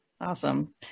Awesome